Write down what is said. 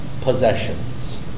possessions